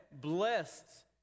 blessed